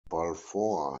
balfour